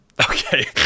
Okay